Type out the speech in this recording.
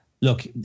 look